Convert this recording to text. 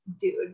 dude